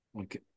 Okay